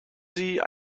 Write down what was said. sie